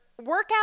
workout